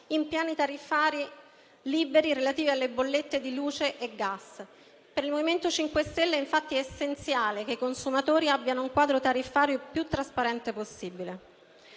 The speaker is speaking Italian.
in piani tariffari liberi relativi alle bollette di luce e gas. Per il MoVimento 5 Stelle è, infatti, essenziale che i consumatori abbiano un quadro tariffario più trasparente possibile.